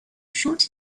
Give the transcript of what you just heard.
short